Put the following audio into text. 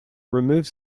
removes